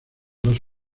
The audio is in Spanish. dos